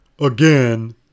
again